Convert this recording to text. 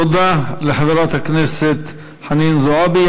תודה לחברת הכנסת חנין זועבי.